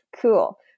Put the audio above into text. cool